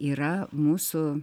yra mūsų